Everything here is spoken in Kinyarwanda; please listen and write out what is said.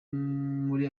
muri